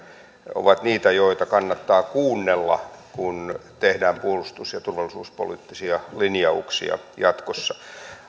ovat niitä joita kannattaa kuunnella kun tehdään puolustus ja turvallisuuspoliittisia linjauksia jatkossa